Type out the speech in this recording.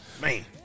man